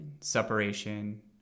separation